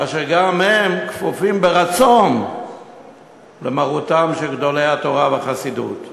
אשר גם הם כפופים ברצון למרותם של גדולי התורה והחסידות.